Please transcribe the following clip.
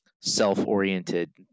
self-oriented